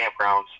campgrounds